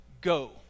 go